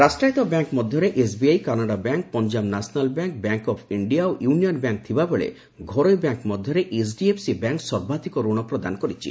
ରାଷ୍ଟ୍ରାୟତ୍ତ ବ୍ୟାଙ୍କ ମଧ୍ୟରେ SBI Canara bank Punjab national bank bank of India ଓ ୟୁନିୟନ୍ ବ୍ୟାଙ୍କ ଥିବା ବେଳେ ଘରୋଇ ବ୍ୟାଙ୍କ ମଧ୍ୟରେ ଏଚ୍ଡିଏଫ୍ସି ବ୍ୟାଙ୍କ ସର୍ବାଧିକ ଋଣ ପ୍ରଦାନ କରିଛି